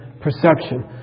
perception